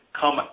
Come